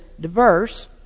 diverse